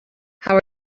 how